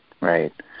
right